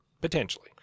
Potentially